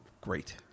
great